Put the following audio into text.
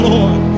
Lord